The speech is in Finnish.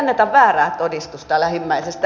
ei anneta väärää todistusta lähimmäisestä